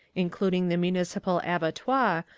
including the municipal abattoir,